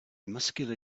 muscular